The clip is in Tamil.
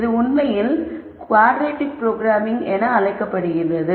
இது உண்மையில் குவாட்ரெடிக் ப்ரோக்ராம்மிங் என்று அழைக்கப்படுகிறது